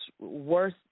worth